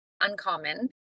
uncommon